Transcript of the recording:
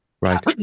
Right